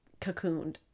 cocooned